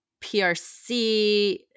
prc